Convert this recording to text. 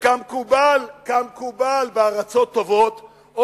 כמקובל בארצות טובות,